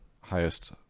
highest